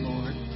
Lord